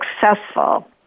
successful